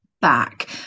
back